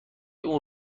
اون